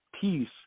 peace